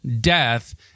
death